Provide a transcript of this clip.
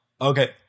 Okay